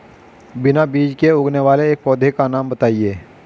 बिना बीज के उगने वाले एक पौधे का नाम बताइए